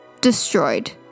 Destroyed